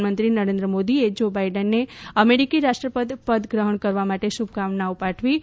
પ્રધાનમંત્રી નરેન્દ્ર મોદીએ જો બાઈડનને અમેરિકી રાષ્ટ્રપતિ પદ ગ્રહણ કરવા માટે શુભકામના પાઠવી છે